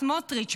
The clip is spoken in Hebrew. סמוטריץ',